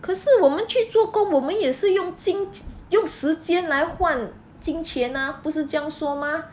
可是我们去做工我们也使用禁用时间来换金钱 ah 不是这样说 mah